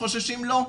חוששים לו,